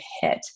hit